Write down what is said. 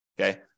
Okay